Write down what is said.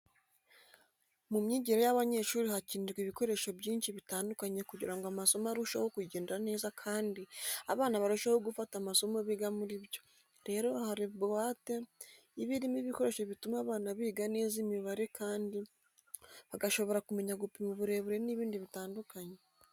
Mu myigire y'abanyeshuri hakenerwa ibikoresho byinshi bitandukanye kugira ngo amasomo arusheho kugenda neza kandi abana barusheho gufata amasomo biga muri byo, rero harimo buwate iba irimo ibikoresho bituma abana biga neza imibare kandi bagashobora kumenya gupima uburebure n'ibindi bitandukanye.